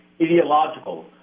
ideological